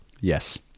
Yes